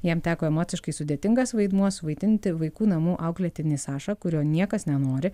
jam teko emociškai sudėtingas vaidmuo suvaidinti vaikų namų auklėtinį sašą kurio niekas nenori